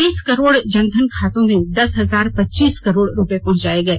बीस करोड़ जनधन खातों में दस हजार पच्चीस करोड़ रुपए पहुंचाए गए